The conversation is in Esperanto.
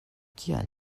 kia